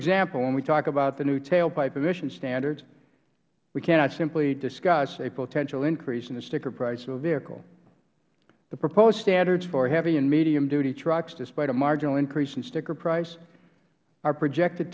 example when we talk about the new tailpipe emission standards we cannot simply discuss a potential increase in the sticker price of a vehicle the proposed standards for heavy and medium duty trucks despite a marginal increase in sticker price are projected